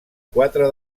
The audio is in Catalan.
quatre